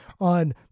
on